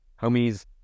homies